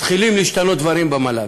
מתחילים להשתנות דברים במל"ג.